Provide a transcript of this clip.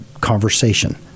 conversation